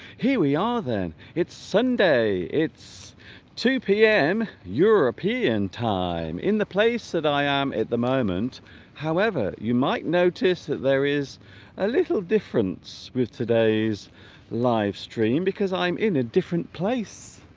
here we are then it's sunday it's two p m. european time in the place that i am at the moment however you might notice that there is a little difference with today's livestream because i'm in a different place